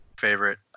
favorite